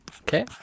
Okay